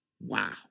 Wow